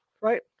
Right